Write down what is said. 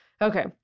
okay